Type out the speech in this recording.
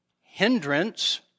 hindrance